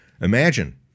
Imagine